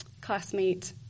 classmate